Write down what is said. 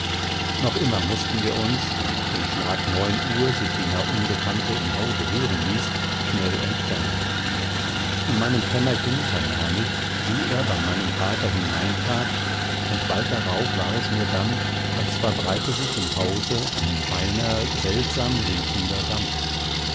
noch immer mußten wir uns wenn auf den schlag neun uhr sich jener unbekannte im hause hören ließ schnell entfernen in meinem kämmerchen vernahm ich wie er bei dem vater hineintrat und bald darauf war es mir dann als verbreite sich im hause ein feiner seltsam riechender dampf